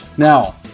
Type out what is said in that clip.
Now